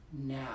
now